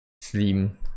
slim